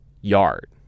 yard